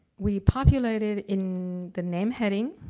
we populated in the name heading,